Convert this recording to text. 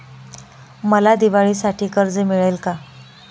मला दिवाळीसाठी कर्ज मिळेल का?